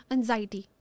Anxiety